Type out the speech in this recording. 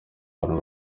bantu